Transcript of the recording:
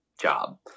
job